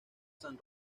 san